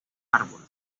árbol